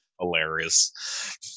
hilarious